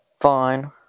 Fine